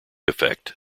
effect